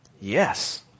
Yes